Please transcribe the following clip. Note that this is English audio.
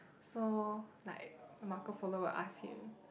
so like Marco Polo will ask him